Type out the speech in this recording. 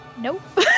Nope